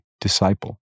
disciple